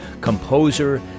composer